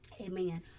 amen